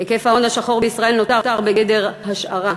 היקף ההון השחור בישראל נותר בגדר השערה.